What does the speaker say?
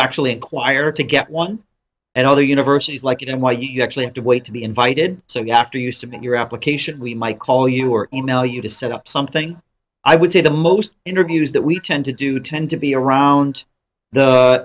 actually inquire to get one and other universities like you know what you actually have to wait to be invited so you have to you submit your application we might call you or email you to set up something i would say the most interviews that we tend to do tend to be around the